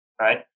right